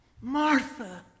Martha